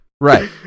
Right